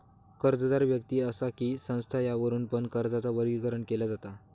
कर्जदार व्यक्ति असा कि संस्था यावरुन पण कर्जाचा वर्गीकरण केला जाता